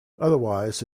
otherwise